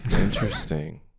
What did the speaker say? Interesting